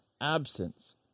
absence